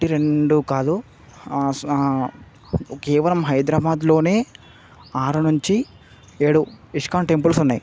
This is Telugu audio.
ఒకటి రెండు కాదు కేవలం హైదరాబాద్లోనే ఆరు నుంచి ఏడు ఇస్కాన్ టెంపుల్స్ ఉన్నాయి